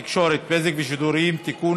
התקשורת (בזק ושידורים) (תיקון,